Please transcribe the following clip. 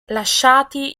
lasciati